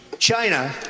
China